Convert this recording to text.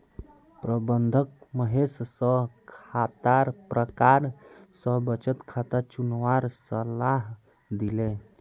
प्रबंधक महेश स खातार प्रकार स बचत खाता चुनवार सलाह दिले